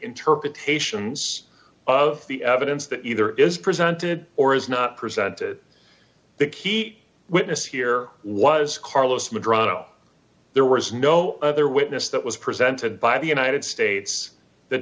interpretations of the evidence that either is presented or is not presented the key witness here was carlos madrone there was no other witness that was presented by the united states that